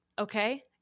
okay